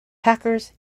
packers